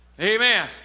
Amen